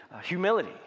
humility